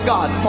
God